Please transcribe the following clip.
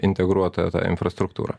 integruotą tą infrastruktūrą